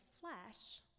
flesh